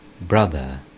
Brother